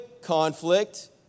conflict